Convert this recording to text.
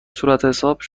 صورتحساب